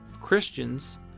Christians